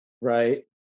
right